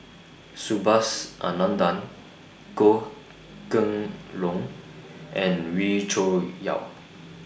Subhas Anandan Goh Kheng Long and Wee Cho Yaw